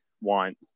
want